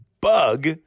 Bug